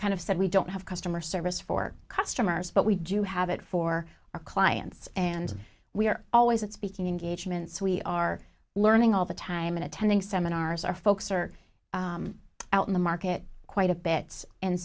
kind of said we don't have customer service for customers but we do have it for our clients and we are always at speaking engagements we are learning all the time in attending seminars our folks are out in the market quite a bit and